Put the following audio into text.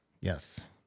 Yes